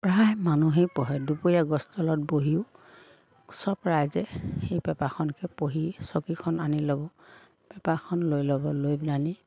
প্ৰায় মানুহেই পঢ়ে দুপৰীয়া গছৰ তলত বহিও চব ৰাইজে সেই পেপাৰখনকে পঢ়ি চকীখন আনি ল'ব পেপাৰখন লৈ ল'ব লৈ পেলাই নি